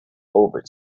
over